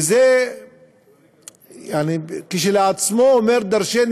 וזה כשלעצמו אומר דורשני.